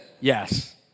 yes